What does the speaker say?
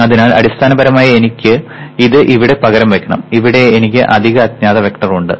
അതിനാൽ അടിസ്ഥാനപരമായി എനിക്ക് ഇത് ഇവിടെ പകരം വയ്ക്കണം ഇവിടെ എനിക്ക് അധിക അജ്ഞാത വെക്റ്റർ ഉണ്ട്